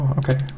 okay